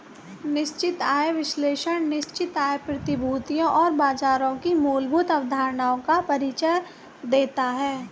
निश्चित आय विश्लेषण निश्चित आय प्रतिभूतियों और बाजारों की मूलभूत अवधारणाओं का परिचय देता है